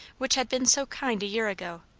which had been so kind a year ago,